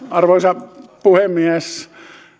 arvoisa puhemies